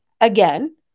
again